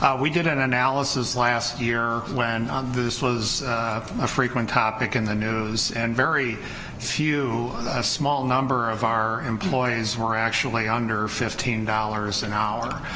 we did an analysis last year when this was a frequent topic in the news and very few, a small number of our employees were actually under fifteen dollars an hour,